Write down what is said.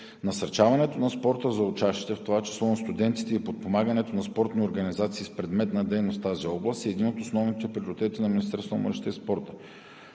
Насърчаването на спорта за учащите, в това число на студентите, и подпомагането на спортни организации с предмет на дейност в тази област са едни от основните приоритети на Министерството